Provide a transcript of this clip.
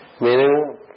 Meaning